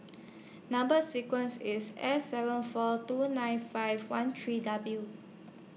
Number sequence IS S seven four two nine five one three W